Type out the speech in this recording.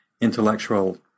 intellectual